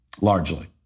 largely